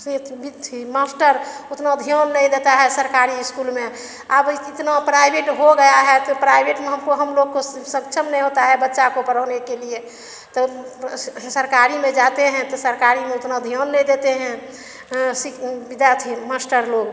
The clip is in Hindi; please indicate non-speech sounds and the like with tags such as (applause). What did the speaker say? से (unintelligible) मास्टर उतना ध्यान नहीं देता है सरकारी इस्कूल में अब इतना प्राइवेट हो गया है तो प्राइवेट में हमको हम लोग को सक्छम नइ होता है बच्चा को परोने के लिए तो सरकारी में जाते हैं तो सरकारी में उतना ध्यान नइ देते हैं विद्यार्थी मास्टर लोग